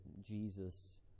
Jesus